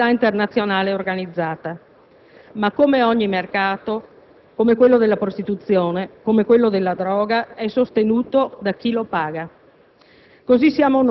la criminalità internazionale organizzata), ma, come ogni mercato, come quello della prostituzione, come quello della droga, è sostenuto da chi lo paga.